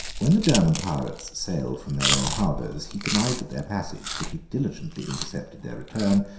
when the german pirates sailed from their own harbors, he connived at their passage, but he diligently intercepted their return,